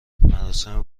مراسم